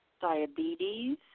diabetes